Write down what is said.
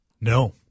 No